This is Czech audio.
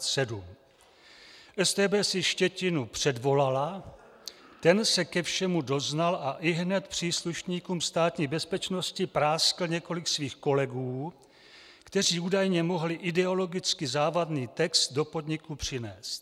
StB si Štětinu předvolala, ten se ke všemu doznal a ihned příslušníkům Státní bezpečnosti práskl několik svých kolegů, kteří údajně mohli ideologicky závadný text do podniku přinést.